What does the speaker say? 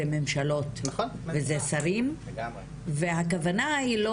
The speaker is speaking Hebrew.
זה ממשלות וזה שרים והכוונה היא,